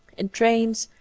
in trains,